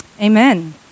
Amen